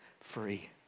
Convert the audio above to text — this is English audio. free